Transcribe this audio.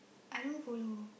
I don't follow